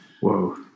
whoa